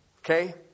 Okay